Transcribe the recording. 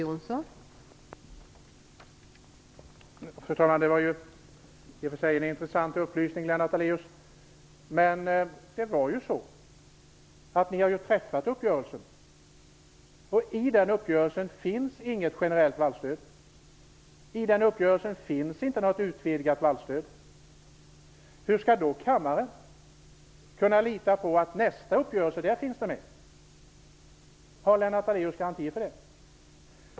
Fru talman! Det var ju i och för sig en intressant upplysning, Lennart Daléus. Men det var ju så att i den uppgörelse ni träffade finns inget generellt vallstöd. I den uppgörelsen finns inte något utvidgat vallstöd. Hur skall då kammaren kunna lita på att det finns med i nästa uppgörelse? Har Lennart Daléus garantier för det?